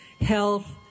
Health